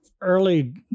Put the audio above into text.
early